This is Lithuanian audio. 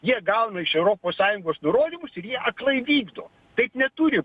jie gauna iš europos sąjungos nurodymus ir jie aklai vykdo taip neturi